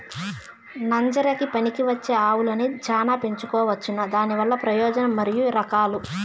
నంజరకి పనికివచ్చే ఆవులని చానా పెంచుకోవచ్చునా? దానివల్ల ప్రయోజనం మరియు రకాలు?